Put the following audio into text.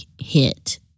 hit